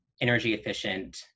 energy-efficient